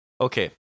Okay